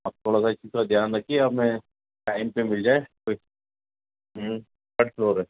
آپ تھوڑا سا اس چیز کا دھیان رکھیے ہمیں ٹائم پہ مل جائے کوئی تھرڈ فلور ہے